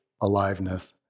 aliveness